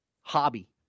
hobby